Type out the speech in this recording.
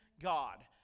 God